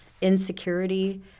insecurity